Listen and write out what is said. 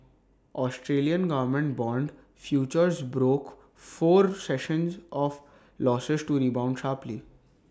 Australian government Bond futures broke four sessions of losses to rebound sharply